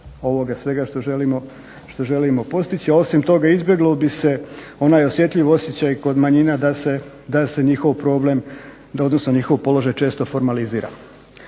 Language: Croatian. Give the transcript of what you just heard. svega što želimo postići, a osim toga izbjegao bi se onaj osjetljiv osjećaj kod manjina da se njihov problem odnosno njihov položaj često formalizira.